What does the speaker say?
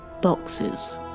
boxes